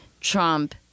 Trump